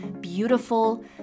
beautiful